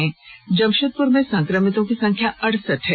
वहीं जमशेदपुर में संक्रमितों की संख्या अड़सठ है